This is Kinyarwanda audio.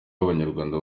b’abanyarwanda